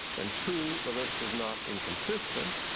and, two, the list is not inconsistent,